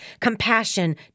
compassion